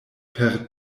per